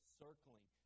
circling